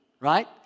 right